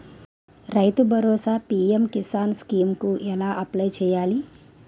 రైతు Bharosa PM Kisan scheme కు ఎలా అప్లయ్ చేయాలి?